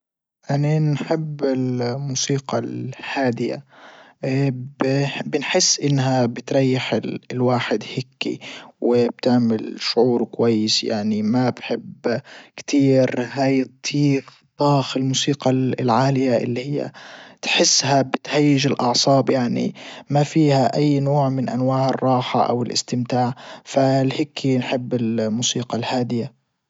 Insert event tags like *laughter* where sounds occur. اني نحب الموسيقى الهادية *hesitation* بنحس انها بتريح الواحد هيكي وبتعمل شعور كويس يعني ما بحب كتير هاي الطيخ طاخ الموسيقى العالية اللي هي تحسها بتهيج الاعصاب يعني ما فيها اي نوع من انواع الراحة او الاستمتاع ف لهكي نحب الموسيقى الهادية.